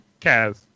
Kaz